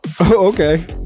okay